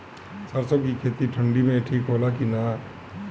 सरसो के खेती ठंडी में ठिक होला कि ना?